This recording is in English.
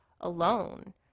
alone